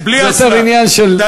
זה יותר עניין של, כן.